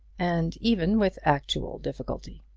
and even with actual difficulty.